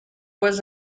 was